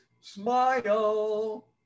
SMILE